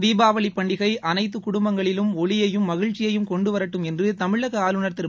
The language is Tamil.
தீபாவளி பண்டிகை அனைத்து குடும்பங்களிலும் ஒளியையும் மகிழ்ச்சியையும் கொண்டு வரட்டும் என்று தமிழக ஆளுநர் திரு